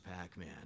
Pac-Man